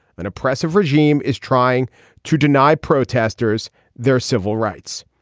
an oppressive regime is trying to deny protesters their civil rights.